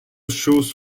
shoes